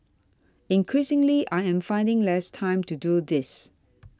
increasingly I am finding less time to do this